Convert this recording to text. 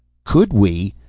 could we!